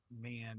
man